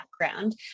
background